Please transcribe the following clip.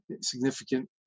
significant